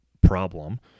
problem